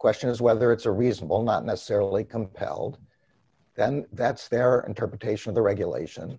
question is whether it's a reasonable not necessarily compelled then that's their interpretation of the regulation